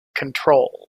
control